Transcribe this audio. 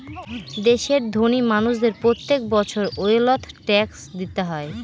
দেশের ধোনি মানুষদের প্রত্যেক বছর ওয়েলথ ট্যাক্স দিতে হয়